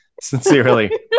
sincerely